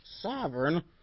sovereign